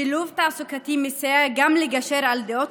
שילוב תעסוקתי מסייע גם לגשר על דעות